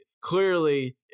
Clearly